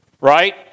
right